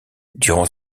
durant